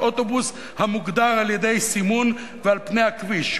אוטובוסים המוגדר על-ידי סימון על פני הכביש,